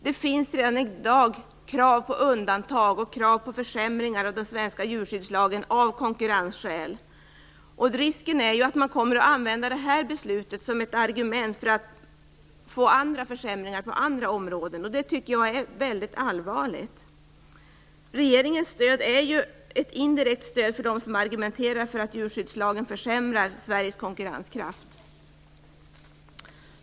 Det finns redan i dag krav på undantag och krav på försämringar av den svenska djurskyddslagen av konkurrensskäl. Risken är att man kommer att använda det här beslutet som ett argument för att få igenom andra försämringar på andra områden. Jag tycker att det är mycket allvarligt. Regeringens stöd är ju ett indirekt stöd för dem som argumenterar för att djurskyddslagen försämrar Sveriges konkurrenskraft.